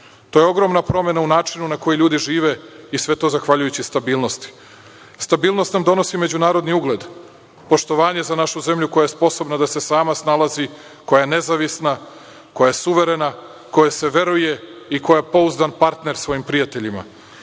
To je ogromna promena u načinu na koji ljudi žive i sve to zahvaljujući stabilnosti. Stabilnost nam donosi međunarodni ugled, poštovanje za našu zemlju koja je sposobna da se sama snalazi, koja je nezavisna, koja je suverena, kojoj se veruje i koja je pouzdan partner svojim prijateljima.